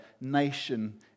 nation